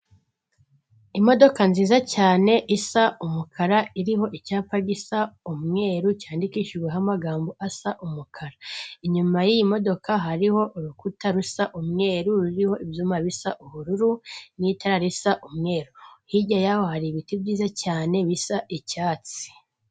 Imodoka nziza cyane isa umukara iriho icyapa gisa umweru, cyandikishijweho amagambo asa umukara, inyuma y'iyi modoka hariho urukuta rusa umweru, ruriho ibyuma bisa ubururu, n'itara risa umweru, hirya y'aho hari ibiti byiza cyane bisa icyatsi.